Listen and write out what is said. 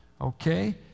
okay